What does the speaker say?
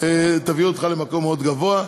תביא אותך למקום מאוד גבוה.